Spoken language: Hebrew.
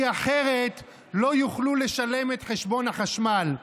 כי אחרת לא יוכלו לשלם את חשבון החשמל.